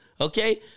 Okay